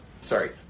sorry